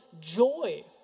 joy